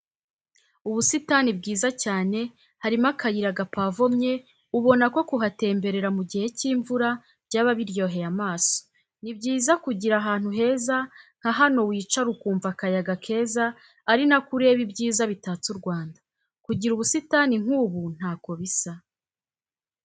Ubusitani bwiza cyane, harimo akayira gapavomye ubona ko kuhatemberera mu gihe cy'imvura, byaba biryoheye amaso. Ni byiza kugira ahantu heza nka hano wicara ukumva akayaga keza ari nako ureba ibyiza bitatse u Rwanda. Kugira ubusitani nk'ubu ntako bisa.